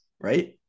right